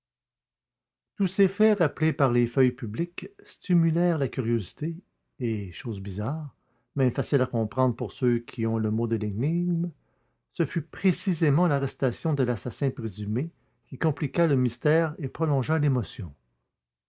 tous ces faits rappelés par les feuilles publiques stimulèrent la curiosité et chose bizarre mais facile à comprendre pour ceux qui ont le mot de l'énigme ce fut précisément l'arrestation de l'assassin présumé qui compliqua le mystère et prolongea l'émotion